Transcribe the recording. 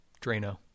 Drano